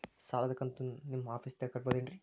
ಸಾಲದ ಕಂತು ನಿಮ್ಮ ಆಫೇಸ್ದಾಗ ಕಟ್ಟಬಹುದೇನ್ರಿ?